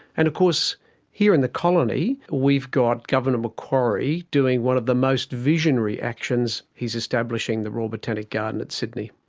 and of course here in the colony we've got governor macquarie doing one of the most visionary actions, he is establishing the royal botanic garden at sydney.